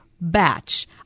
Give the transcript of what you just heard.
batch